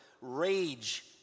rage